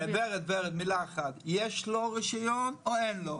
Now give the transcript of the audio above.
ורד, ורד, מילה אחת, יש לו רשיון או אין לו?